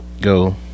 go